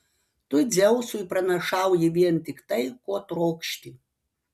tu dzeusui pranašauji vien tik tai ko trokšti